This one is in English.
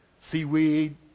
seaweed